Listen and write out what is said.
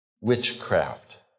witchcraft